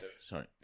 Sorry